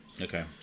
Okay